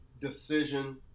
decision